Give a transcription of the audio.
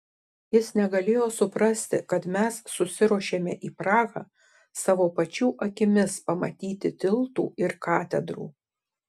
jis negalėjo suprasti kad mes susiruošėme į prahą savo pačių akimis pamatyti tiltų ir katedrų